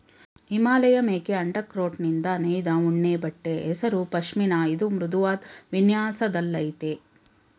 ಹಿಮಾಲಯಮೇಕೆ ಅಂಡರ್ಕೋಟ್ನಿಂದ ನೇಯ್ದ ಉಣ್ಣೆಬಟ್ಟೆ ಹೆಸರು ಪಷ್ಮಿನ ಇದು ಮೃದುವಾದ್ ವಿನ್ಯಾಸದಲ್ಲಯ್ತೆ